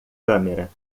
câmera